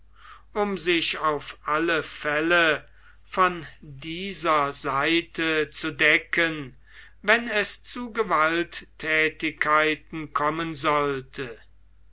um sich auf alle fälle von dieser seite zu decken wenn es zu gewaltthätigkeiten kommen sollte